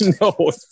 No